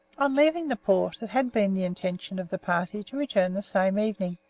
on leaving the port it had been the intention of the party to return the same evening,